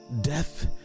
death